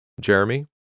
Jeremy